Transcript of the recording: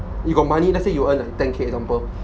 you got money let's say you earn like ten K for example